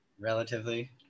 Relatively